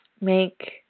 make